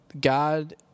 God